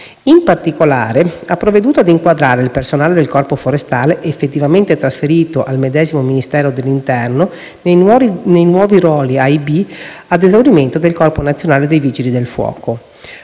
In particolare, ha provveduto ad inquadrare il personale del Corpo forestale effettivamente trasferito al medesimo Ministero dell'interno nei nuovi ruoli AIB ad esaurimento del Corpo nazionale dei vigili del fuoco.